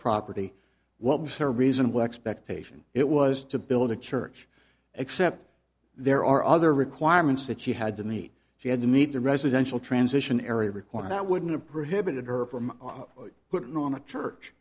property what was her reasonable expectation it was to build a church except there are other requirements that she had to meet she had to meet the residential transition area required that wouldn't approve it her from putting on a church